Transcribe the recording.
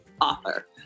author